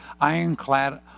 ironclad